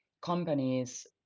companies